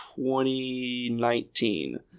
2019